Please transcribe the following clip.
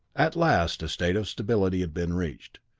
at last a state of stability had been reached,